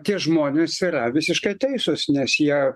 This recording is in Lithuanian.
tie žmonės yra visiškai teisūs nes jie